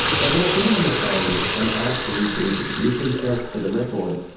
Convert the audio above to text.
but when i get him on the phone, and ask him to introduce himself for the record,